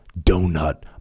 donut